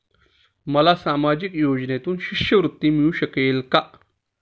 मला सामाजिक योजनेतून शिष्यवृत्ती मिळू शकेल का?